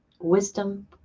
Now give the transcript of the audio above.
wisdom